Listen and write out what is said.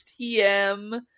TM